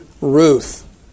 Ruth